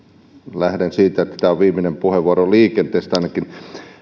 lähden siitä että tämä on viimeinen puheenvuoro liikenteestä ainakin